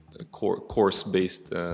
course-based